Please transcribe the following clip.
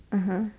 (uh huh)